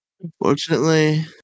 Unfortunately